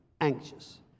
anxious